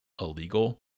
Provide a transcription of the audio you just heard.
illegal